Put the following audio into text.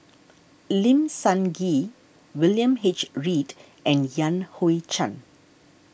Lim Sun Gee William H Read and Yan Hui Chang